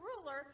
ruler